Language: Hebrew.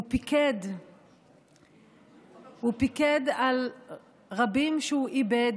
הוא פיקד על רבים שהוא איבד,